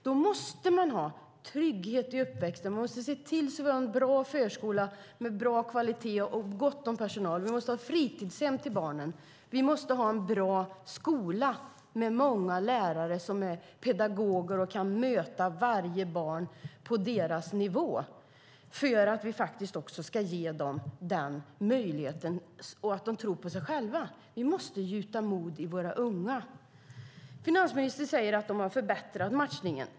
Då måste man ha trygghet i uppväxten. Vi måste se till att vi har en bra förskola med bra kvalitet och gott om personal. Vi måste ha fritidshem till barnen, och vi måste ha en bra skola med många lärare som är pedagoger och kan möta varje barn på deras nivå. Det handlar om att ge dem möjligheter och en tro på sig själva. Vi måste gjuta mod i våra unga. Finansministern säger att de har förbättrat matchningen.